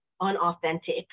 unauthentic